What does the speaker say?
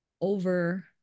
over